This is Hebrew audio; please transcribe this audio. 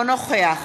אינו נוכח